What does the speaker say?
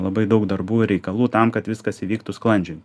labai daug darbų ir reikalų tam kad viskas įvyktų sklandžiai